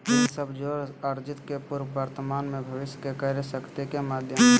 ऋण सब जोड़ अर्जित के पूर्व वर्तमान में भविष्य के क्रय शक्ति के माध्यम हइ